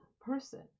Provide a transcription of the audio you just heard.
person